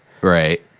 Right